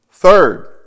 Third